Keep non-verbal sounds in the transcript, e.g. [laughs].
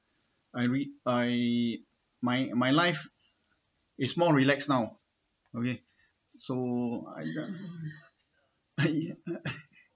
I read I my my life is more relax now okay so [laughs]